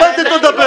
על מה לתת לו לדבר?